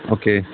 okay